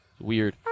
Weird